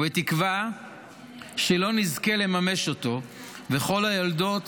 ובתקווה שלא נזכה לממש אותו וכל היולדות